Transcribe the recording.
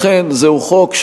אכן זהו חוק,